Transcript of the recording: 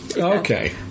Okay